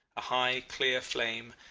a high, clear flame,